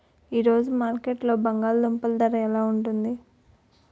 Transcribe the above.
ఈ రోజు మార్కెట్లో బంగాళ దుంపలు ధర ఎలా ఉంది?